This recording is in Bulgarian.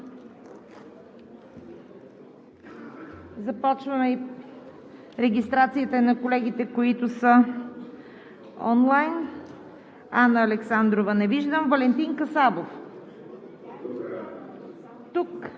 Започваме регистрацията и на колегите, които са онлайн. Анна Александрова? Не я виждам. Валентин Касабов?